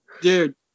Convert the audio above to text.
Dude